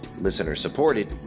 listener-supported